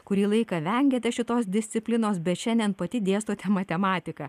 kurį laiką vengėte šitos disciplinos bet šiandien pati dėstote matematiką